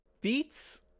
beats